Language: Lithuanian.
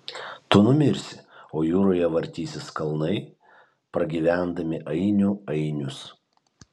tu numirsi o jūroje vartysis kalnai pragyvendami ainių ainius